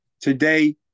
Today